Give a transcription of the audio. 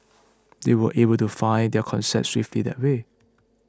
they were able to find their concept swiftly that way